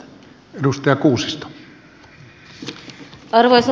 arvoisa puhemies